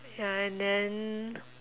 ya and then